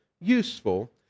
useful